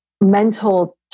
mental